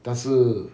但是